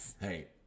hey